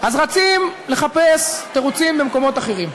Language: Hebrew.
אז רצים לחפש תירוצים במקומות אחרים.